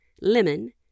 lemon